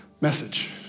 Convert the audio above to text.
message